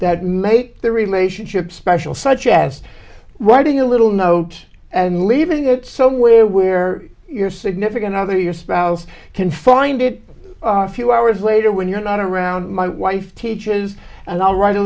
that make the relationship special such as why do you a little note and leave it somewhere where your significant other your spouse can find it a few hours later when you're not around my wife teaches and i'll write a